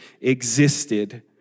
existed